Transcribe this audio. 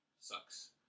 sucks